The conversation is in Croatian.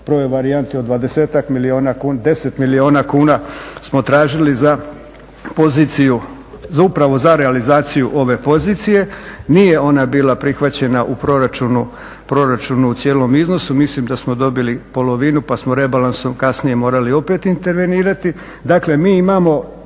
prvoj varijanti od 10 milijuna kuna smo tražili za poziciju upravo za realizaciju ove pozicije. Nije ona bila prihvaćena u proračunu u cijelom iznosu. Mislim da smo dobili polovinu pa smo rebalansom kasnije morali opet intervenirati.